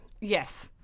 Yes